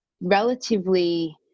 relatively